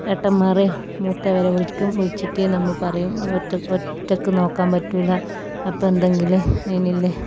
എട്ടമ്മാരെ മൂത്തവരെ വിളിക്കും വി അപ്പം എന്തെങ്കിലും അതിനില്ലേ